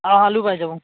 অঁ আলু পাই যাবো